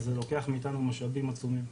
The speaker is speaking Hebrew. זה לוקח מאיתנו משאבים עצומים.